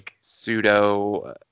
pseudo